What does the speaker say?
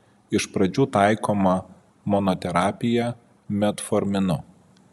iš pradžių taikoma monoterapija metforminu